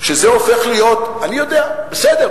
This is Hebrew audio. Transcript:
שזה הופך להיות, אני יודע, בסדר.